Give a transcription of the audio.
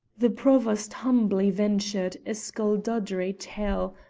the provost humbly ventured a sculduddery tale,